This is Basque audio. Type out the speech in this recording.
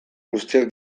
guztiak